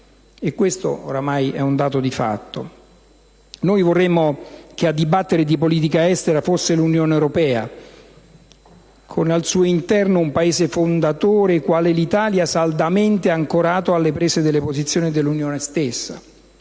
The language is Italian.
E questo è un dato di fatto! Vedete colleghi, noi vorremmo che a dibattere di politica estera fosse l'Unione europea, con al suo interno un Paese fondatore quale l'Italia, saldamente ancorato alle prese di posizione dell'Unione stessa.